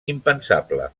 impensable